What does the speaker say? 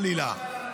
חלילה.